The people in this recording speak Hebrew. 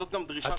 זאת גם דרישה שלנו.